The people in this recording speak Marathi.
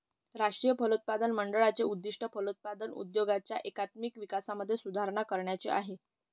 राष्ट्रीय फलोत्पादन मंडळाचे उद्दिष्ट फलोत्पादन उद्योगाच्या एकात्मिक विकासामध्ये सुधारणा करण्याचे आहे